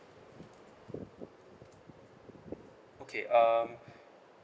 okay um